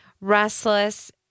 restless